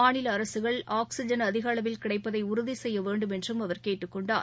மாநில அரசுகள் ஆக்ஸிஜன் அதிகளவில் கிடைப்பதை உறுதி செய்ய வேண்டும் என்றும் அவர் கேட்டுக் கொண்டார்